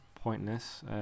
Pointless